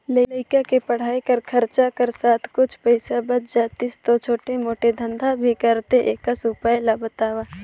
लइका के पढ़ाई कर खरचा कर साथ कुछ पईसा बाच जातिस तो छोटे मोटे धंधा भी करते एकस उपाय ला बताव?